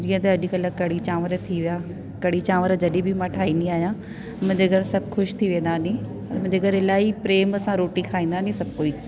जीअं त अॼुकल्ह कड़ी चांवर थी विया कड़ी चांवर जॾहिं बि मां ठाईंदी आयां मुंहिंजे घरु सभु ख़ुशि थी वेंदा नी ओर मुंहिंजे घरु इलाही प्रेम सां रोटी खाईंदा नी सभु कुझु